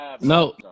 no